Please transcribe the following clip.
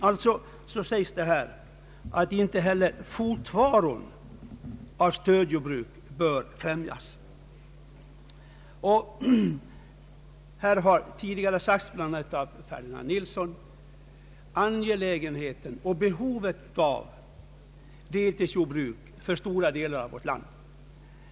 Det sägs alltså att inte heller fortvaron av stödjordbruk bör främjas. Bland andra herr Ferdinand Nilsson har betonat angelägenheten av deltidsjordbruk för stora delar av vårt land.